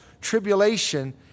tribulation